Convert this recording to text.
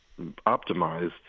optimized